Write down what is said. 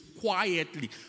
quietly